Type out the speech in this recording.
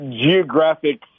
geographic